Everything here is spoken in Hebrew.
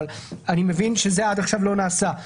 אבל אני מבין שזה עד עכשיו לא נעשה,